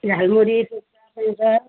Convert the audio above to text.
झालमुरी पुच्का पाउँछ